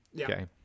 okay